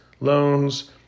Loans